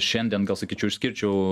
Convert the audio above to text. šiandien gal sakyčiau išskirčiau